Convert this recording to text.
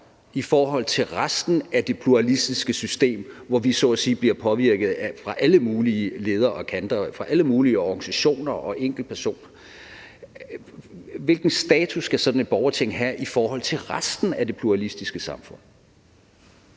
i forhold til resten af det pluralistiske system, hvor vi så at sige bliver påvirket på alle mulige ledder og kanter og fra alle mulige organisationer og enkeltpersoner? Hvilken status skal sådan et borgerting have i forhold til resten af det pluralistiske samfund?